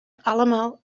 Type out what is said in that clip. allemaal